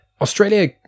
Australia